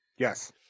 Yes